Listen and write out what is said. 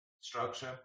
structure